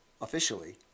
Officially